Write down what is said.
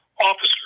officer